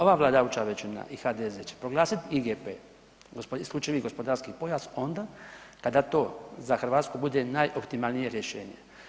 Ova vladajuća većina i HDZ će proglasiti IGP isključivi gospodarski pojas onda kada to za Hrvatsku bude najoptimalnije rješenje.